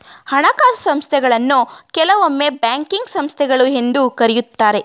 ಹಣಕಾಸು ಸಂಸ್ಥೆಗಳನ್ನು ಕೆಲವೊಮ್ಮೆ ಬ್ಯಾಂಕಿಂಗ್ ಸಂಸ್ಥೆಗಳು ಎಂದು ಕರೆಯುತ್ತಾರೆ